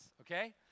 okay